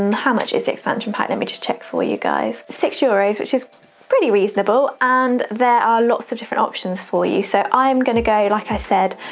how much is the expansion pack, let me just check for you guys. six euros, which is pretty reasonable, and there are lots of different options for you. so i'm gonna go, like i said,